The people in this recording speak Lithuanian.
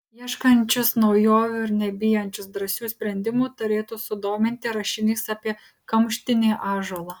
ieškančius naujovių ir nebijančius drąsių sprendimų turėtų sudominti rašinys apie kamštinį ąžuolą